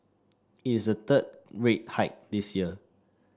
it is the third rate hike this year